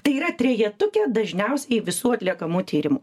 tai yra trejetuke dažniausiai visų atliekamų tyrimų